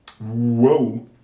whoa